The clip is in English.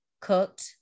cooked